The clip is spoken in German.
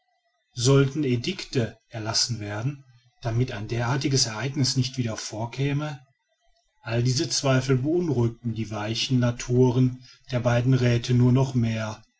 sollten edicte erlassen werden damit ein derartiges ereigniß nicht wieder vorkäme all diese zweifel beunruhigten die weichen naturen der beiden räthe nur noch mehr